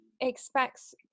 expects